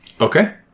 Okay